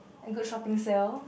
like good shopping sale